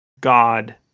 God